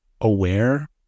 aware